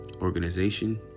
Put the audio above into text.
Organization